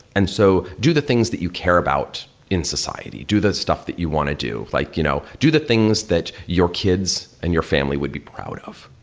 and so do the things that you care about in society. do the stuff that you want to do. like you know do the things that your kids and your family would be proud of.